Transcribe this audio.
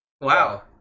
wow